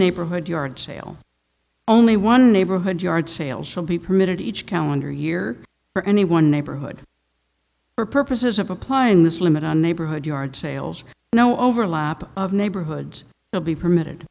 neighborhood yard sale only one neighborhood yard sales will be permitted each calendar year for any one neighborhood for purposes of applying this limit on neighborhood yard sales no overlap of neighborhoods will be permitted